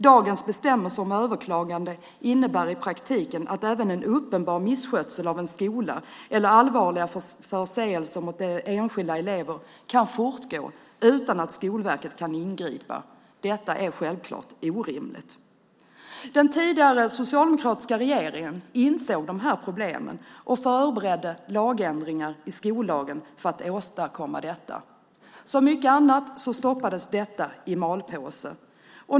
Dagens bestämmelse om överklagande innebär i praktiken att även en uppenbar misskötsel av en skola eller allvarliga förseelser mot enskilda elever kan fortgå utan att Skolverket kan ingripa. Detta är självfallet orimligt. Den tidigare socialdemokratiska regeringen insåg problemen och förberedde lagändringar i skollagen för att åstadkomma detta. Som mycket annat stoppades detta i malpåse.